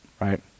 Right